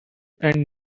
and